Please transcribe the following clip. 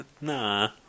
Nah